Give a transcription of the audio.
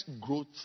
Growth